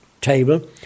table